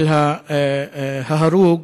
ההרוג